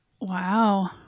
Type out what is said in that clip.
Wow